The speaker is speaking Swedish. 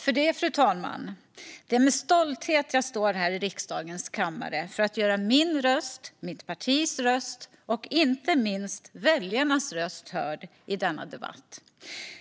Fru talman! Det är med stolthet jag står här i riksdagens kammare för att göra min, mitt partis och inte minst väljarnas röst hörd i denna debatt.